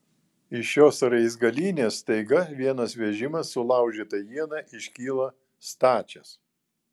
iš šios raizgalynės staiga vienas vežimas sulaužyta iena iškyla stačias